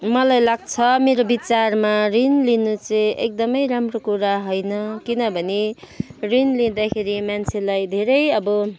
मलाई लाग्छ मेरो विचारमा ऋण लिनु चाहिँ एकदमै राम्रो कुरा होइन किनभने ऋण लिँदाखेरि मान्छेलाई धेरै अब